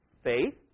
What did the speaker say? faith